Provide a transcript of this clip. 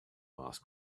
ask